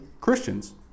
Christians